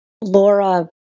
Laura